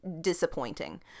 Disappointing